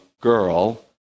girl